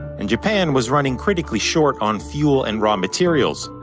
and japan was running critically short on fuel and raw materials.